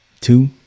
Two